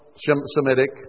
Semitic